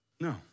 No